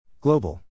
Global